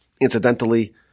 Incidentally